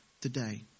today